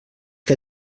que